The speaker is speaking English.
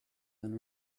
than